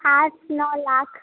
आठ नओ लाख